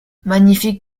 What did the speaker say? magnifique